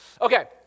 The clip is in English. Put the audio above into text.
okay